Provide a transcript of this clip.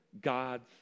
God's